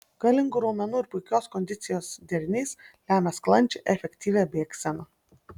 galingų raumenų ir puikios kondicijos derinys lemia sklandžią efektyvią bėgseną